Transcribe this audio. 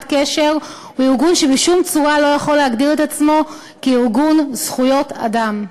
קשר הוא ארגון שבשום צורה לא יכול להגדיר את עצמו ארגון זכויות אדם.